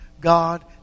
God